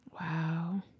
Wow